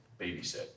babysit